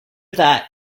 that